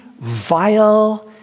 vile